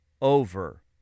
over